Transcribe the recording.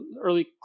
early